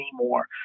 anymore